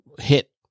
hit